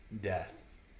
death